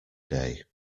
day